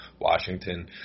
Washington